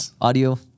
audio